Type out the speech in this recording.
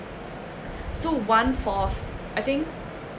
so one fourth I think